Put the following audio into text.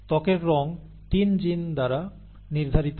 ত্বকের রঙ 3 জিন দ্বারা নির্ধারিত হয়